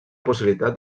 possibilitat